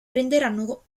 prenderanno